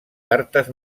cartes